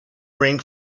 rink